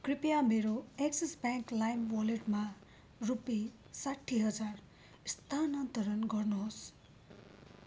कृपया मेरो Axis bank Lime वालेटमा रुपियाँ साठी हजार स्थानान्तरण गर्नुहोस्